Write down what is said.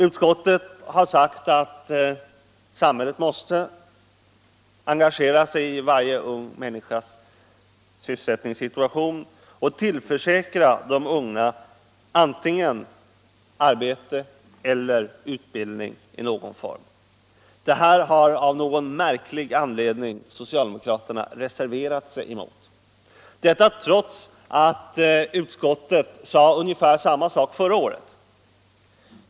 Utskottet har sagt att samhället måste engagera sig i varje ung människas sysselsättningssituation och tillförsäkra de unga antingen arbete eller utbildning i någon form. Detta har av någon märklig anledning socialdemokraterna reserverat sig emot, trots att utskottet sade ungefär samma sak förra året.